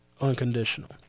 unconditional